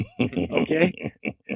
Okay